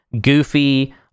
goofy